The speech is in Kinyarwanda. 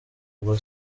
ubwo